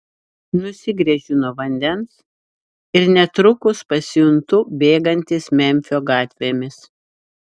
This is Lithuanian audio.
nusigręžiu nuo vandens ir netrukus pasijuntu bėgantis memfio gatvėmis